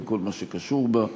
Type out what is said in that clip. עם כל מה שקשור בה.